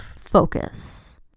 focus